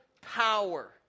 power